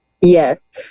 Yes